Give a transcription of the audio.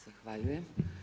Zahvaljujem.